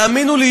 תאמינו לי,